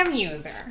user